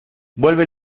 vuelve